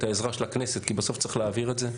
את העזרה של הכנסת כי בסוף צריך להעביר את זה.